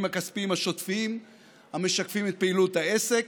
הכספיים השוטפים המשקפים את פעילות העסק.